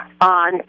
on